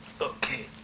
Okay